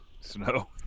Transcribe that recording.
Snow